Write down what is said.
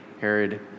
Herod